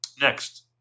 Next